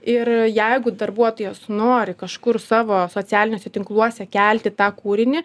ir jeigu darbuotojas nori kažkur savo socialiniuose tinkluose kelti tą kūrinį